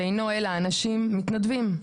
שאינו אלא אנשים מתנדבים,